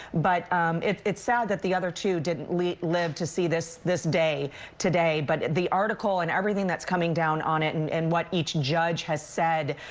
but it's it's sad the other two didn't live live to see this this day today, but the article and everything that's coming down on it and and what each judge has said,